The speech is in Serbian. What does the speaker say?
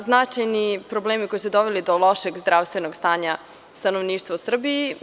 Značajni problemi koji su doveli do lošeg zdravstvenog stanja stanovništva u Srbiji.